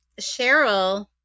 Cheryl